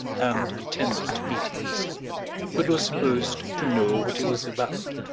and attended meetings but was supposed to know what he was about,